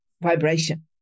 vibration